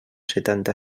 setanta